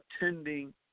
attending